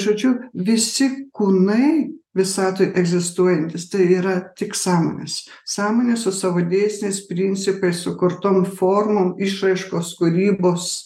žodžiu visi kūnai visatoje egzistuojantys tai yra tik sąmonės sąmonė su savo dėsniais principais sukurtom formom išraiškos kūrybos